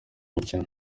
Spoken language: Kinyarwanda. mukino